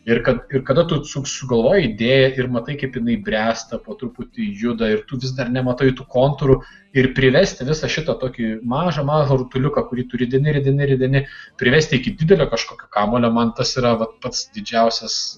ir kad ir kada tu su sugalvoji idėją ir matai kaip jinai bręsta po truputį juda ir tu vis dar nematai tų kontūrų ir privesti visą šitą tokį mažą mažą rutuliuką kurį tu rideni rideni rideni privesti iki didelio kažkokio kamuolio man tas yra vat pats didžiausias